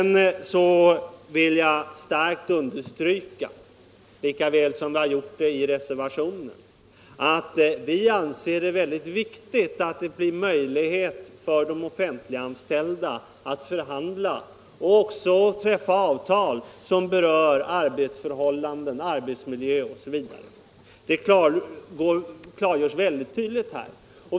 Vidare vill jag kraftigt understryka, liksom vi har gjort mycket tydligt i reservationen, att vi anser det mycket viktigt att det blir möjligt för de offentliganställda att förhandla och också att träffa avtal om arbetsförhållanden, arbetsmiljö osv.